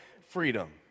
freedom